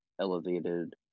elevated